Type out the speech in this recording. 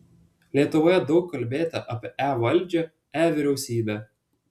lietuvoje daug kalbėta apie e valdžią e vyriausybę